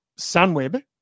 Sunweb